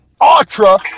Ultra